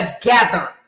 together